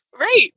Right